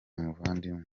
muvandimwe